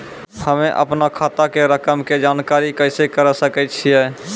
हम्मे अपनो खाता के रकम के जानकारी कैसे करे सकय छियै?